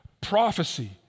prophecy